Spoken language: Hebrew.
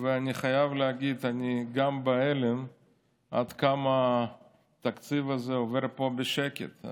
אני חייב להגיד שאני גם בהלם עד כמה התקציב הזה עובר פה בשקט.